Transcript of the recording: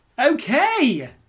okay